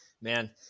man